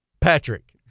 Patrick